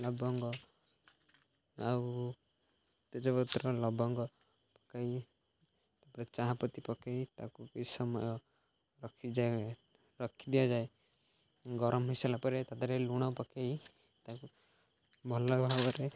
ଲବଙ୍ଗ ଆଉ ତେଜପତ୍ର ଲବଙ୍ଗ ପକାଇ ତା'ପରେ ଚାହାପତି ପକାଇ ତାକୁ କିଛି ସମୟ ରଖିଯାଏ ରଖି ଦିଆଯାଏ ଗରମ ହେଇସାରିଲା ପରେ ତାଦିହରେ ଲୁଣ ପକାଇ ତାକୁ ଭଲ ଭାବରେ